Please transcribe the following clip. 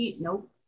Nope